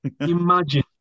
Imagine